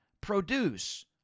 produce